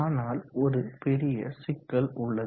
ஆனால் ஒரு பெரிய சிக்கல் உள்ளது